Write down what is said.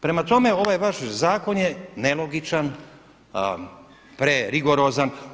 Prema tome, ovaj vaš zakon je nelogičan, pre rigorozan.